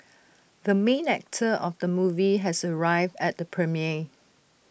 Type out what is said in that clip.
the main actor of the movie has arrived at the premiere